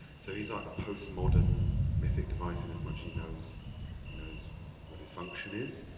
so he's like a post-modern mythic device, and as much he knows he knows what his function is.